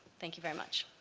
thank you very much.